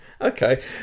Okay